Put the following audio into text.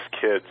kids